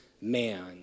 man